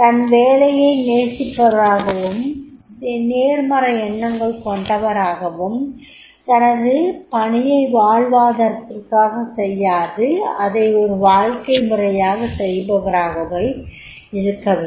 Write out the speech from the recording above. தன் வேலையை நேசிப்பவராகவும் நேர்மறை எண்ணங்கள் கொண்டவராகவும் தனது பணியை வாழ்வாதாரத்திற்காக செய்யாது அதை ஒரு வாழ்க்கை முறையாகச் செய்பவராகவே இருக்கவேண்டும்